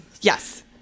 Yes